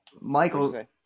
Michael